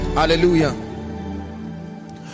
hallelujah